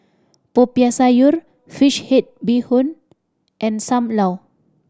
Popiah Sayur fish head bee hoon and Sam Lau